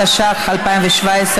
התשע"ח 2017,